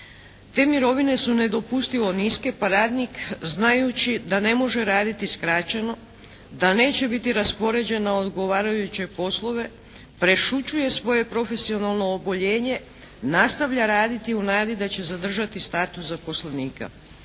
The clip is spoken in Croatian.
Te mirovine su nedopustivo niske pa radnik znajući da ne može raditi skraćeno, da neće biti raspoređen na odgovarajuće poslove prešućuje svoje profesionalno oboljenje, nastavlja raditi u nadi da će zadržati status zaposlenika.